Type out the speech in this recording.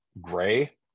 gray